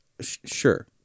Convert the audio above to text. sure